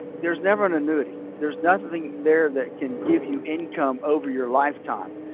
there's never an annuity there's nothing there that can give you income over your lifetime,